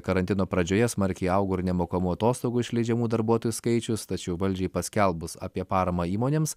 karantino pradžioje smarkiai augo ir nemokamų atostogų išleidžiamų darbuotojų skaičius tačiau valdžiai paskelbus apie paramą įmonėms